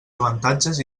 avantatges